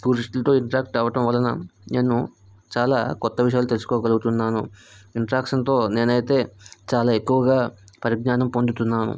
టూరిస్టులతో interact అవ్వడం వలన నేను చాలా కొత్త విషయాలు తెలుసుకోగలుతున్నాను ఇంటరాక్షన్తో నేనైతే చాలా ఎక్కువగా పరిజ్ఞానం పొందుతున్నాను